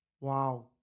Wow